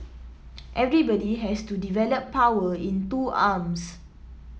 everybody has to develop power in two arms